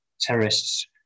terrorists